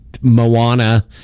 Moana